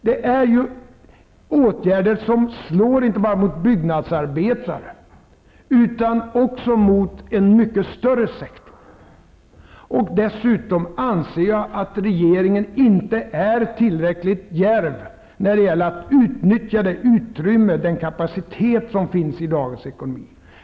Det är åtgärder som slår inte bara mot byggnadsarbetare, utan också mot en mycket större sektor. Dessutom anser jag att regeringen inte är tillräckligt djärv när det gäller att utnyttja det utrymme och den kapacitet som finns i dagens ekonomi.